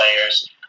players